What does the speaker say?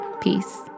Peace